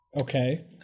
Okay